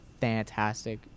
fantastic